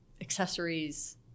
accessories